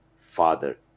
Father